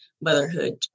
motherhood